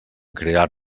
crear